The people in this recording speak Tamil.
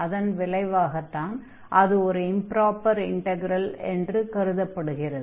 அதன் விளைவாகத்தான் அது ஒரு இம்ப்ராப்பர் இண்டக்ரல் என்று கருதப்படுகிறது